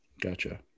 Gotcha